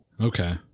Okay